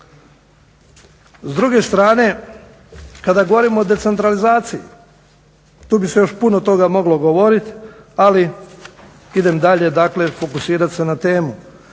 S druge strane kada govorimo o decentralizaciji, tu bi se još puno toga moglo govoriti ali idem dalje fokusirati se na temu.